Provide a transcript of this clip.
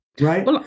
Right